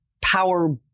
power